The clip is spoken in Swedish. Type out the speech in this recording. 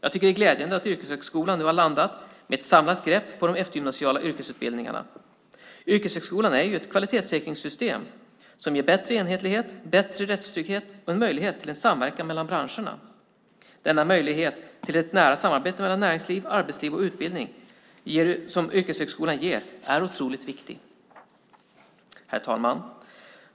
Det är glädjande att yrkeshögskolan nu har landat med ett samlat grepp på de eftergymnasiala yrkesutbildningarna. Yrkeshögskolan är ett kvalitetssäkringssystem som ger bättre enhetlighet, bättre rättstrygghet och en möjlighet till en samverkan mellan branscherna. Denna möjlighet till ett nära samarbete mellan näringsliv, arbetsliv och utbildning som yrkeshögskolan ger är otroligt viktig. Herr talman!